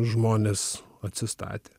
žmonės atsistatė